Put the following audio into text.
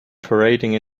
parading